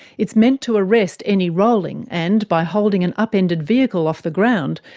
it's meant to arrest any rolling, and, by holding an upended vehicle off the ground,